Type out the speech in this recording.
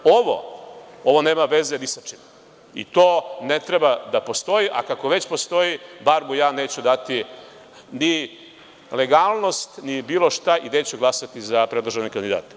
Ovo, ovo nema veze ni sa čim i to ne treba da postoji, a kako već postoji, bar mu ja neću dati ni legalnost, ni bilo šta i neću glasati za predložene kandidate.